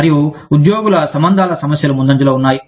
మరియు ఉద్యోగుల సంబంధాల సమస్యలు ముందంజలో ఉన్నాయి